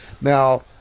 Now